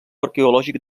arqueològic